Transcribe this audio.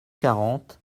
quarante